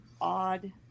odd